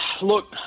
Look